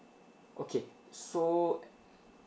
okay so